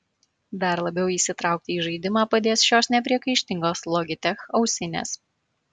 dar labiau įsitraukti į žaidimą padės šios nepriekaištingos logitech ausinės